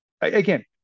Again